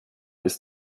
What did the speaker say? ist